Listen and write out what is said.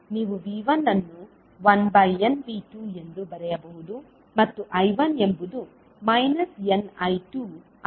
ನೀವು V1 ಅನ್ನು 1n V2 ಎಂದು ಬರೆಯಬಹುದು ಮತ್ತು I1 ಎಂಬುದು ಮೈನಸ್ n I2 ಆಗಿದೆ